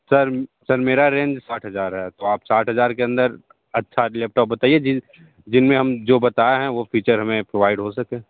sir sir मेरा range साठ हज़ार है तो आप साठ हज़ार के अंदर अच्छा एक लैपटॉप बताइए जिन जिनमें हम जो बताए है वो फीचर हमें प्रोवाइड हो सके